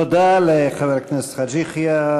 תודה לחבר הכנסת חאג' יחיא.